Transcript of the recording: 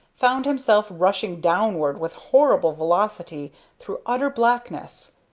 found himself rushing downward with horrible velocity through utter blackness.